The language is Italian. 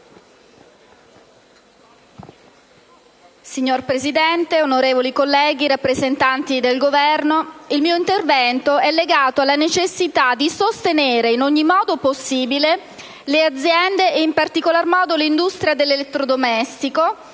Signor Presidente, onorevoli colleghi, signor rappresentante del Governo, il mio intervento è legato alla necessità di sostenere, in ogni modo possibile, le aziende, e (in particolare l'industria dell'elettrodomestico,